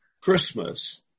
Christmas